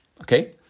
okay